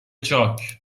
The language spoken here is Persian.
چاک